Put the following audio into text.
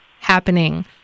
happening